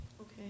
Okay